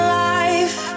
life